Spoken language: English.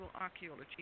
archaeology